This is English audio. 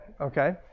okay